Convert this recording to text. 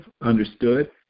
Understood